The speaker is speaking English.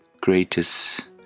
greatest